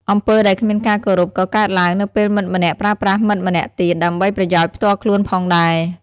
អំពើដែលគ្មានការគោរពក៏កើតឡើង នៅពេលមិត្តម្នាក់ប្រើប្រាស់មិត្តម្នាក់ទៀត ដើម្បីប្រយោជន៍ផ្ទាល់ខ្លួនផងដែរ។